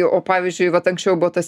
o pavyzdžiui vat anksčiau buvo tas